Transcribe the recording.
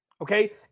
Okay